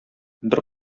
бер